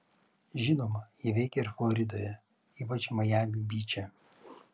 žinoma jog ji veikia ir floridoje ypač majami byče